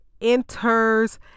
enters